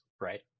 right